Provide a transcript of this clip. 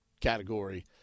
category